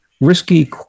risky